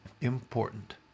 important